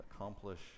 accomplish